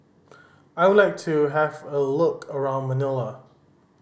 I would like to have a look around Manila